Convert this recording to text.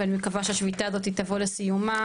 ואני מקווה שהשביתה הזאת תבוא לסיומה